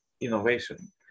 innovation